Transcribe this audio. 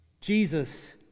Jesus